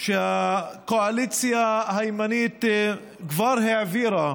שהקואליציה הימנית כבר העבירה,